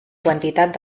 quantitat